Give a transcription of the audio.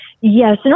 yes